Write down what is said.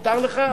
מותר לך,